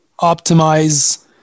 optimize